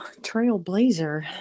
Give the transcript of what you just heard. Trailblazer